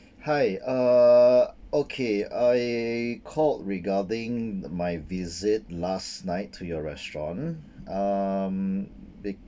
hi uh okay I called regarding my visit last night to your restaurant um they